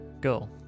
Go